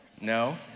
No